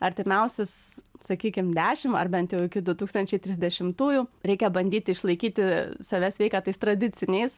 artimiausius sakykim dešim ar bent jau iki du tūkstančiai trisdešimtųjų reikia bandyti išlaikyti save sveiką tais tradiciniais